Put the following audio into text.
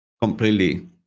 completely